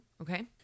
okay